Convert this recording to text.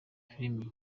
filime